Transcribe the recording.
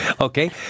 Okay